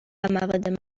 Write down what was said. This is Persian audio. مواد